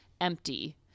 empty